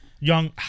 Young